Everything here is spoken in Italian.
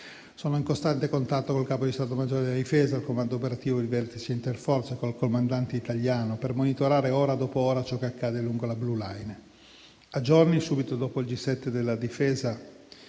Sono in costante contatto con il Capo di stato maggiore della difesa, il Comando operativo di vertice interforze e il comandante italiano per monitorare, ora dopo ora, ciò che accade lungo la *blue line*. A giorni, subito dopo il G7 della Difesa,